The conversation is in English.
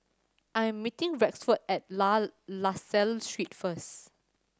I am meeting Rexford at La La Salle Street first